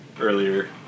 earlier